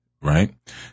right